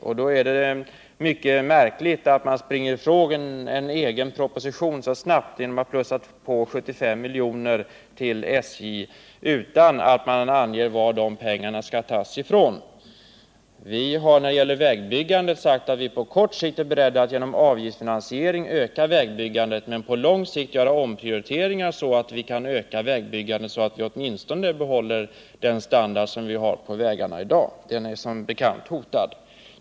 Jag finner det märkligt att folkpartiet så snabbt springer ifrån sin egen proposition genom att öka anslaget till SJ med 75 miljoner utan att ange varifrån de pengarna skall tas. Vi har när det gäller vägbyggandet sagt att vi är beredda att på kort sikt öka det genom avgiftsfinansiering, men att vi på lång sikt vill göra omprioriteringar så att vi kan öka vägbyggandet och åtminstone behålla den standard som vi har på vägarna i dag; den är som bekant hotad.